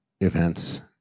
events